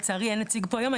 שלצערי לא פה היום.